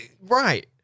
right